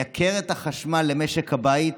לייקר את החשמל למשק הבית,